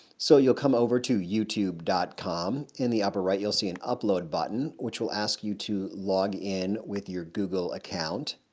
so you'll come over to youtube com. in the upper right you'll see an upload button which will ask you to login with your google account.